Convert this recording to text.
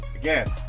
again